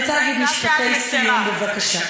אני רוצה להגיד משפטי סיום, בבקשה.